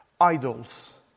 Idols